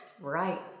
Right